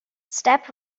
step